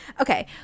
Okay